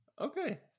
Okay